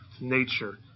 nature